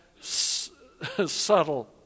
subtle